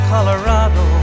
Colorado